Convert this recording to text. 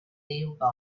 nearby